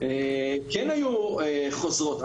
כן היו חוזרות.